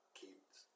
kids